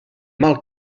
mal